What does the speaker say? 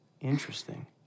Interesting